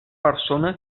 persona